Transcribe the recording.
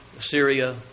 Syria